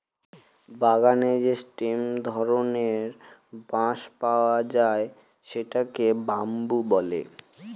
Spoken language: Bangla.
বাগানে যে স্টেম ধরনের বাঁশ পাওয়া যায় সেটাকে বাম্বু বলে